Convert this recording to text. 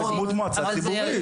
בדמות מועצה ציבורית.